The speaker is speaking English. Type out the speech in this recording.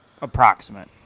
Approximate